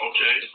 Okay